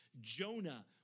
Jonah